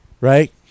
Right